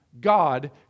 God